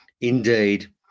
Indeed